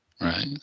Right